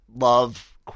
love